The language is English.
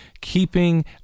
keeping